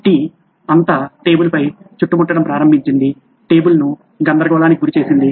tea అంతా టేబుల్పై చుట్టుముట్టడం ప్రారంభించింది టేబుల్ను గందరగోళానికి గురిచేసింది